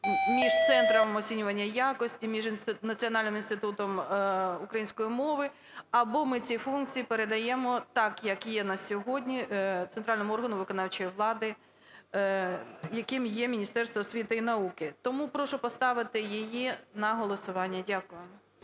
між Центром оцінювання якості, між Національним інститутом української мови. Або ми ці функції передаємо так, як є на сьогодні, центральному органу виконавчої влади, яким є Міністерство освіти і науки. Тому прошу поставити її на голосування. Дякую.